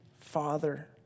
Father